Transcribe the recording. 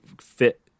fit